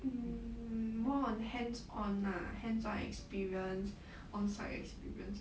mm more on hands on lah hands on experience on site experience